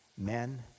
men